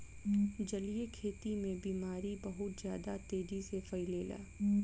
जलीय खेती में बीमारी बहुत ज्यादा तेजी से फइलेला